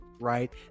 right